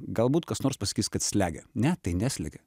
galbūt kas nors pasakys kad slegia ne tai neslegia